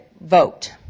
vote